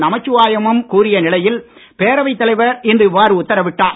நமச்சிவாயமும் கூறிய நிலையில் பேரவைத் தலைவர் இவ்வாறு உத்தரவிட்டார்